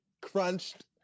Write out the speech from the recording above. Crunched